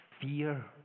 fear